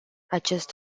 acest